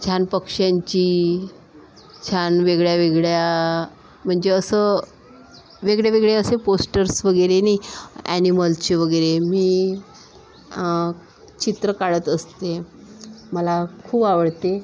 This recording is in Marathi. छान पक्ष्यांची छान वेगळ्या वेगळ्या म्हणजे असं वेगळे वेगळे असे पोस्टर्स वगैरे आणि ॲनिमल्चे वगैरे मी चित्र काढत असते मला खूप आवडते